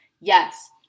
Yes